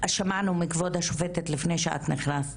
שמענו מכבוד השופטת לפני שאת נכנסת,